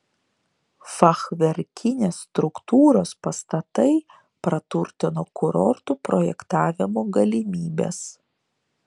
fachverkinės struktūros pastatai praturtino kurortų projektavimo galimybes